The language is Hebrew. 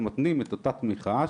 ומתנים את אותה תמיכה,